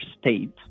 state